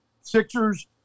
Sixers